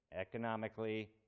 Economically